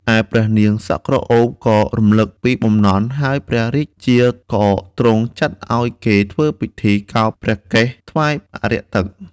ឯព្រះនាងសក់ក្រអូបក៏រំលឹកពីបំណន់ ហើយព្រះរាជាក៏ទ្រង់ចាត់ឱ្យគេធ្វើពិធីកោរព្រះកេសថ្វាយអារក្សទឹក។